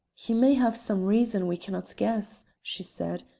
he may have some reason we cannot guess, she said,